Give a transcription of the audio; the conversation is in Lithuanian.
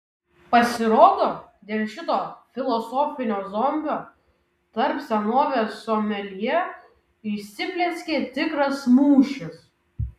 pasirodo dėl šito filosofinio zombio tarp senovės someljė įsiplieskė tikras mūšis